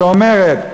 שאומרת: